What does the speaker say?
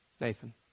Nathan